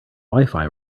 wifi